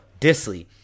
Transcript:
Disley